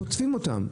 חוטפים אותם.